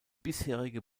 bisherige